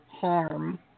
harm